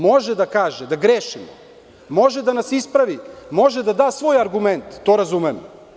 Može da kaže da grešimo, može da nas ispravi, može da da svoj argument, to razumem.